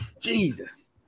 Jesus